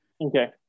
Okay